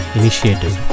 initiative